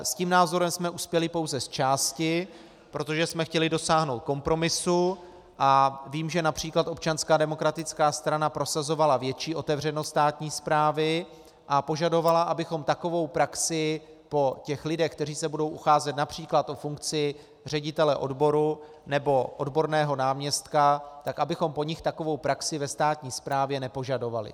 S tím názorem jsme uspěli pouze zčásti, protože jsme chtěli dosáhnout kompromisu, a vím, že například Občanská demokratická strana prosazovala větší otevřenost státní správy a požadovala, abychom takovou praxi po lidech, kteří se budou ucházet například o funkci ředitele odboru nebo odborného náměstka, abychom po nich takovou praxi ve státní správě nepožadovali.